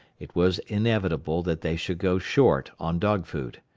it was inevitable that they should go short on dog-food.